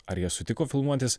ar jie sutiko filmuotis